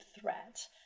threat